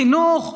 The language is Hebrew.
חינוך,